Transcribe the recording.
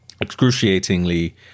excruciatingly